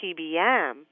PBM